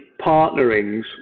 partnerings